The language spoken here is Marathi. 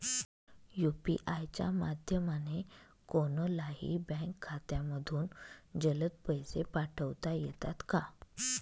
यू.पी.आय च्या माध्यमाने कोणलाही बँक खात्यामधून जलद पैसे पाठवता येतात का?